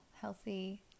healthy